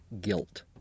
guilt